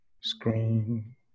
screen